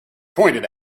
pointed